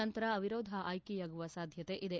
ನಂತರ ಅವಿರೋಧ ಆಯ್ಲೆಯಾಗುವ ಸಾಧ್ಯತೆ ಇದೆ